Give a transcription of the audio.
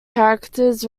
characters